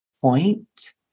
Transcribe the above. point